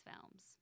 films